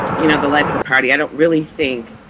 you know, the life of the party, i don't really think,